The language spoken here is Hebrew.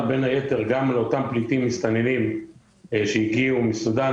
בין היתר גם לאותם פליטים-מסתננים שהגיעו מסודאן,